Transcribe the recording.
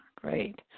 great